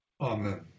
Amen